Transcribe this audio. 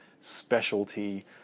specialty